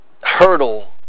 hurdle